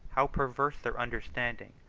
how perverse their understanding!